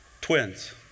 twins